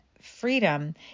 freedom